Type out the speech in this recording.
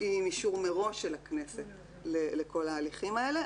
עם אישור מראש של הכנסת לכל ההליכים האלה,